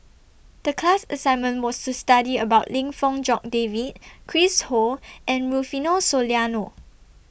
The class assignment was to study about Lim Fong Jock David Chris Ho and Rufino Soliano